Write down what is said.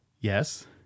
Yes